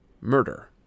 murder